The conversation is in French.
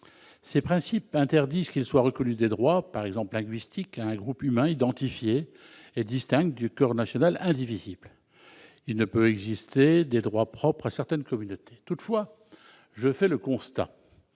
Ces principes interdisent qu'il soit reconnu des droits, par exemple, linguistiques, à un groupe humain identifié et distinct du corps national indivisible. Il ne peut exister des droits propres à certaines communautés. Toutefois, je fais le constat